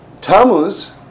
Tammuz